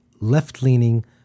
left-leaning